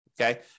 Okay